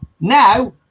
Now